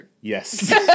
yes